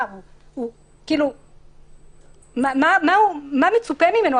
מה מצופה ממנו?